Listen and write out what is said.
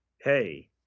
hey